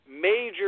major